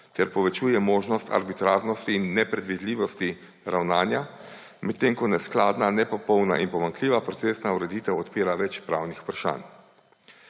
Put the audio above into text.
ter povečuje možnost arbitrarnosti in nepredvidljivosti ravnanja, medtem ko neskladna, nepopolna in pomanjkljiva procesna ureditev odpira več pravnih vprašanj.